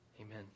Amen